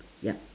yup